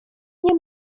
nie